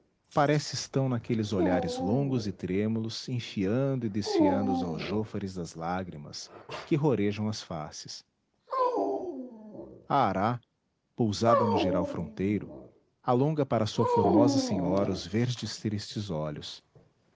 parece estão naqueles olhares longos e trêmulos enfiando e desfiando os aljôfares das lágrimas que rorejam as faces a ará pousada no jirau fronteiro alonga para sua formosa senhora os verdes tristes olhos